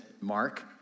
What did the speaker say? Mark